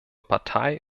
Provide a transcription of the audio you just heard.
partei